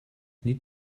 need